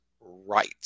right